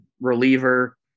reliever